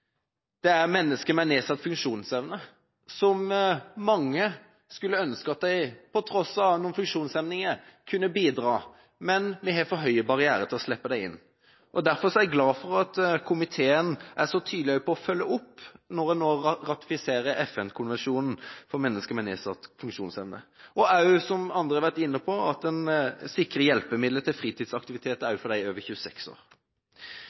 Det er mennesker med nedsatt funksjonsevne. Mange av dem skulle ønske at de på tross av funksjonshemningene kunne bidra, men vi har for høye barrierer til å slippe dem inn. Derfor er jeg glad for at komiteen er så tydelig på å følge opp, når en nå ratifiserer FN-konvensjonen for mennesker med nedsatt funksjonsevne, og også, som andre har vært inne på, sikrer hjelpemidler til fritidsaktiviteter også for dem over 26